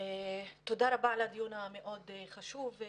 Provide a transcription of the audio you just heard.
תודה רבה על הדיון המאוד חשוב.